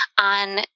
on